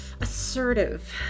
assertive